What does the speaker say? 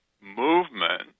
movement